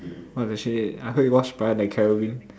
what the shit I hope you watch pirates-of-the-caribbean